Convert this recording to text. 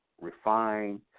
refine